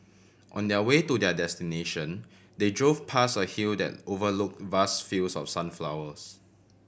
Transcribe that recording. on their way to their destination they drove past a hill that overlook vast fields of sunflowers